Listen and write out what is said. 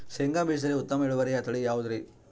ಶೇಂಗಾ ಬೇಜದಲ್ಲಿ ಉತ್ತಮ ಇಳುವರಿಯ ತಳಿ ಯಾವುದುರಿ?